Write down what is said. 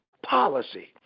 policy